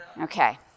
Okay